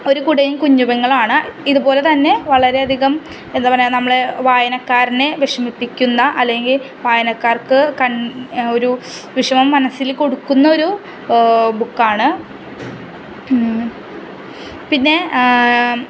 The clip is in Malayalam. ഒരു കുടയും കുഞ്ഞു പെങ്ങളും ആണ് ഇത് പോലെ തന്നെ വളരെ അധികം എന്താണ് പറയുക നമ്മളെ വായനക്കാരനെ വിഷമിപ്പിക്കുന്ന അല്ലെങ്കിൽ വായനക്കാർക്ക് ഒരു വിഷമം മനസ്സിൽ കൊടുക്കുന്ന ഒരു ബുക്കാണ് പിന്നെ